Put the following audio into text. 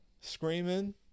Screaming